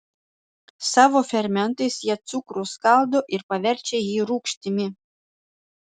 savo fermentais jie cukrų skaldo ir paverčia jį rūgštimi